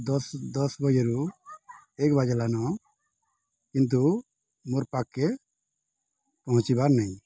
ଦଶ ଦଶ ବଜେରୁ ଏକ ବାଜଲା ନ କିନ୍ତୁ ମୋର୍ ପାକ୍ କେ ପହଞ୍ଚିବାର ନାହିଁ